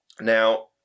Now